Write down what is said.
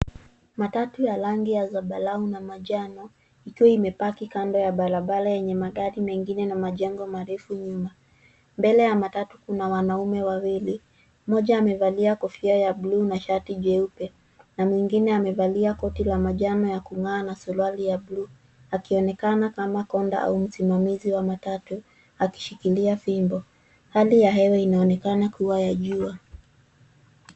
Matatu ya rangi ya zambarau na manjano ikiwa imepaki kando ya barabara yenye magari mengine na majengo marefu nyuma. Mbele ya matatu kuna wanaume wawili, mmoja amevalia kofia ya bluu na shati jeupe na mwingine amevalia koti la manjano ya kung'aa na suruali ya bluu, akionekana kama konda au msimamizi wa matatu akishikilia fimbo. Hali ya hewa inaonekana kuwa ya jua.